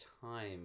time